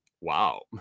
Wow